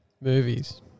movies